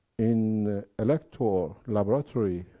in elector laboratory,